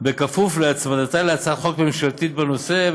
בכפוף להצמדתה להצעת חוק ממשלתית בנושא.